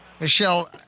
Michelle